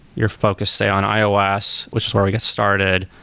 you're focused say on ios, which is where we get started.